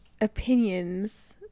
opinions